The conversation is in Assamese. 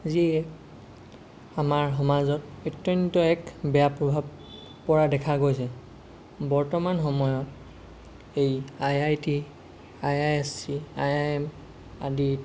যিয়ে আমাৰ সমাজত অত্যন্ত এক বেয়া প্ৰভাৱ পৰা দেখা গৈছে বৰ্তমান সময়ত এই I I T I I S C I I M আদিত